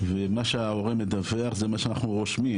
ומה שההורה מדווח זה מה שאנחנו רושמים,